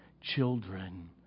children